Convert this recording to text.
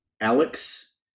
Alex